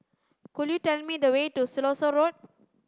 could you tell me the way to Siloso Road